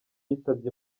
yitabye